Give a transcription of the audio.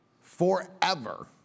forever